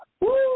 Woo